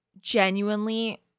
genuinely